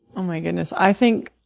oh, my goodness. i think